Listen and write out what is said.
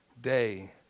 day